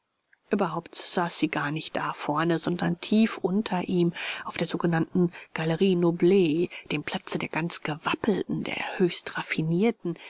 ueberhaupt saß sie gar nicht da vorne sondern tief unter ihm auf der sogenannten galerie noble dem platze der ganz gewappelten der